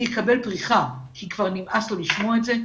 הוא יקבל פריחה כי כבר נמאס לו לשמוע את זה.